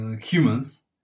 humans